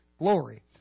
Glory